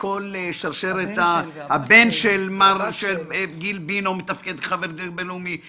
אבל הבן גיל בינו מתפקד כחבר דירקטוריון בינלאומי,